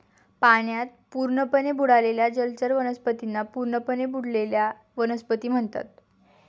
पाण्यात पूर्णपणे बुडालेल्या जलचर वनस्पतींना पूर्णपणे बुडलेल्या वनस्पती म्हणतात